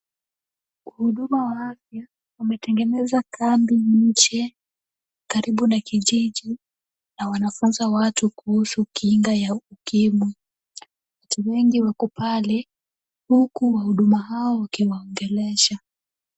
Wahudumu wa afya wametengeneza kambi nje, karibu na kijiji, na wanafunza watu kuhusu kinga ya UKIMWI. Watu wengi wako pale, huku wahudumu hao wakiwaongelesha.